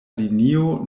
linio